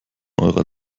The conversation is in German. eurer